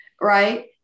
right